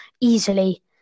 easily